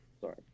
sorry